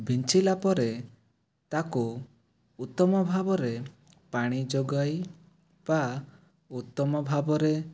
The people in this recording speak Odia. ବିଞ୍ଚିଲା ପରେ ତାକୁ ଉତ୍ତମ ଭାବରେ ପାଣି ଯୋଗାଇ ବା ଉତ୍ତମ ଭାବରେ